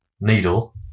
needle